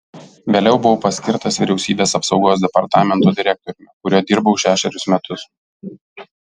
vėliau buvau paskirtas vyriausybės apsaugos departamento direktoriumi kuriuo dirbau šešerius metus